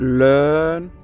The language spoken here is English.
learn